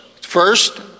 First